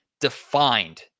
defined